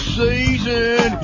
season